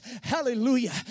Hallelujah